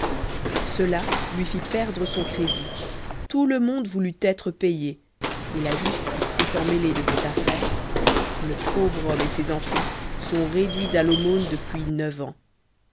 cela lui fit perdre son crédit tout le monde voulut être payé et la justice s'étant mélée de cette affaire le pauvre homme et ses enfants sont réduits à l'aumône depuis neuf ans